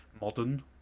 modern